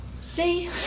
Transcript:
See